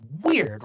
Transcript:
weird